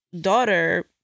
daughter